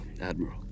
Admiral